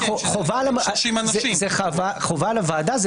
זאת חובה לוועדה.